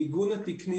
המיגון התקני,